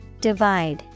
Divide